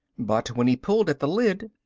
but when he pulled at the lid,